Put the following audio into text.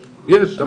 יש, יש.